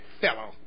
fellow